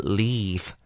leave